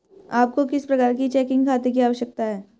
आपको किस प्रकार के चेकिंग खाते की आवश्यकता है?